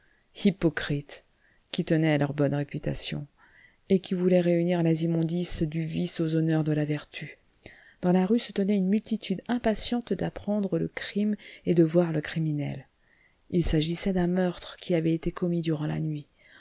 hypocrites qui tenaient à leur bonne réputation et qui voulaient réunir les immondices du vice aux honneurs de la vertu dans la rue se tenait une multitude impatiente d'apprendre le crime et de voir le criminel il s'agissait d'un meurtre qui avait été commis durant la nuit